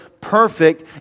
perfect